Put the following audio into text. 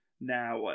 now